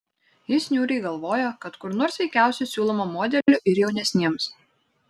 jis niūriai galvojo kad kur nors veikiausiai siūloma modelių ir jaunesniems